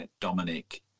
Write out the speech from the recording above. Dominic